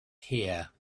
here